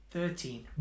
Thirteen